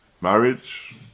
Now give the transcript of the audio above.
Marriage